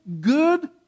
good